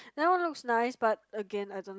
that one looks nice but again I don't